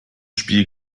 spiel